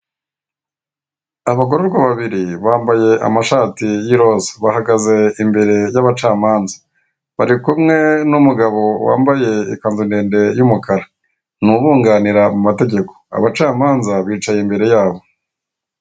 Abagororwa babiri bambaye amashati y'iroza bahagaze imbere y'abacamanza bari kumwe n'umugbo wambaye ikanzu ndende y'umukara ni ubunganira mu mategeko, abacamanza bicaye imbere yabo.